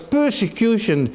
persecution